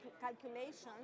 calculations